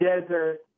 desert